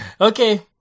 okay